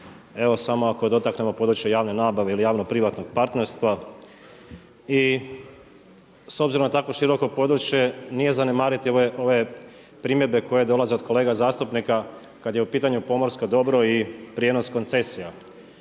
Evo samo ako dotaknemo područje javne nabave ili javno privatnog partnerstva i s obzirom na tako široko područje, nije zanemariti, ove primjedbe koje dolaze od kolega zastupnika kad je u pitanju pomorsko dobro i prijenos koncesija,